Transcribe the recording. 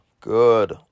good